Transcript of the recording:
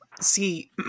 see